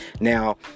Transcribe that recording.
Now